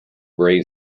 brain